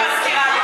אני מזכירה לך.